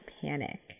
panic